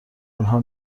آنها